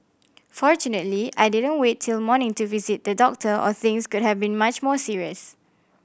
fortunately I didn't wait till morning to visit the doctor or things could have been much more serious